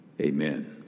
amen